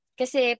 kasi